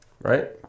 right